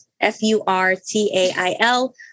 f-u-r-t-a-i-l